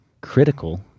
critical